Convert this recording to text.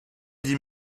dit